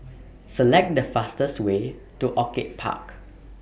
Select The fastest Way to Orchid Park